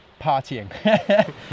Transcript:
partying